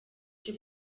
icyo